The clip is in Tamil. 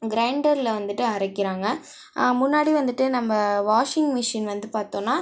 கிரைண்டரில் வந்துட்டு அரைக்கிறாங்க முன்னாடி வந்துட்டு நம்ம வாஷிங்மிஷின் வந்து பார்த்தோனா